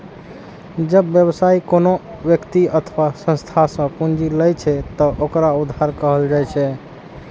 जब व्यवसायी कोनो व्यक्ति अथवा संस्था सं पूंजी लै छै, ते ओकरा उधार कहल जाइ छै